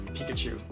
Pikachu